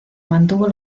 mantuvo